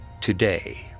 today